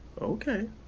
okay